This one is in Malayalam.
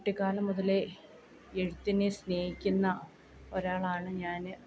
കുട്ടിക്കാലം മുതലേ എഴുത്തിനെ സ്നേഹിക്കുന്ന ഒരാളാണ് ഞാൻ